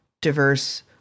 diverse